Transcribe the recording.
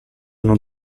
non